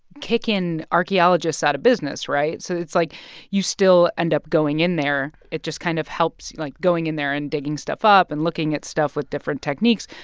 kicking archaeologists out of business, right? so it's like you still end up going in there. it just kind of helps, like, going in there and digging stuff up and looking at stuff with different techniques.